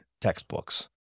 textbooks